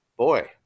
Boy